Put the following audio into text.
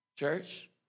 Church